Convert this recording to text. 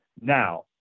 Now